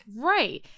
Right